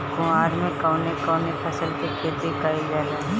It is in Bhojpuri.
कुवार में कवने कवने फसल के खेती कयिल जाला?